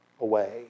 away